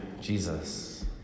Jesus